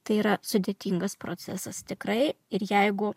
tai yra sudėtingas procesas tikrai ir jeigu